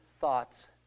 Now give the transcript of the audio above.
thoughts